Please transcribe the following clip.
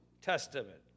Testament